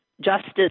Justice